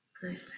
Good